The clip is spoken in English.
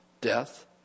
death